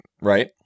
right